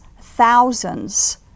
thousands